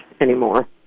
anymore